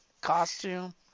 costume